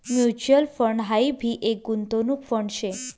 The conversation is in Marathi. म्यूच्यूअल फंड हाई भी एक गुंतवणूक फंड शे